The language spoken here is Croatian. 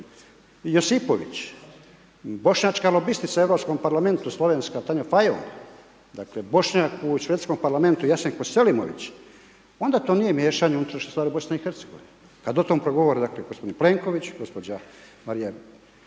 i Josipović i bošnjačka lobistica u Europskom parlamentu, slovenska Tanja Fajo, dakle, Bošnjak u svjetskom parlamentu, Jasenko Selimović, onda to nije miješanje unutrašnjoj stvar BIH. A o tome progovori g. Plenković, gđa. Marija